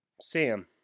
Sam